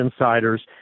insiders